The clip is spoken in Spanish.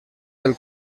del